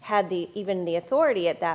had the even the authority at that